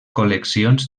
col·leccions